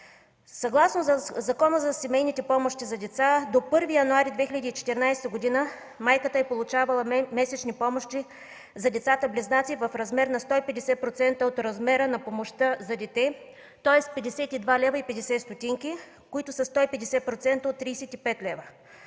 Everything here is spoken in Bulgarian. Съгласно Закона за семейните помощи за деца до 1 януари 2014 г. майката е получавала месечни помощи за децата-близнаци в размер на 150% от размера на помощта за дете, тоест 52,50 лв., които са 150% от 35 лв.,